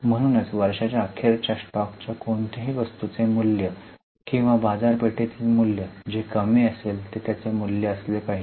म्हणूनच वर्षाच्या अखेरच्या स्टॉकच्या कोणत्याही वस्तूचे मूल्य किंवा बाजार पेठेतील मूल्य जे कमी असेल ते त्याचे मूल्य असले पाहिजे